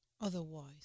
Otherwise